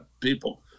people